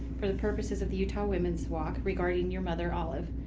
for the purposes of the utah women's walk regarding your mother olive.